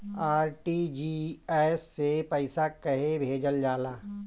RTGS से पइसा कहे भेजल जाला?